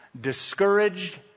discouraged